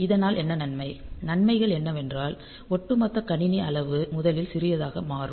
இதனால் என்ன நன்மை நன்மைகள் என்னவென்றால் ஒட்டுமொத்த கணினி அளவு முதலில் சிறியதாக மாறும்